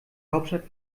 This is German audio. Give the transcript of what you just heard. hauptstadt